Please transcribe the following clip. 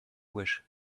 wish